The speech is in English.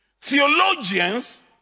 theologians